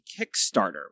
kickstarter